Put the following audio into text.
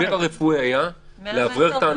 מה שהסבירו,